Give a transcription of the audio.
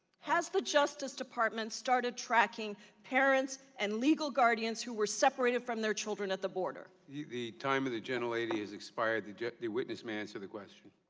has the justice department started tracking parents and legal guardians who were separated from their children at the border? the time of the general lady is expired the the witness may answer the question.